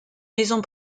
maison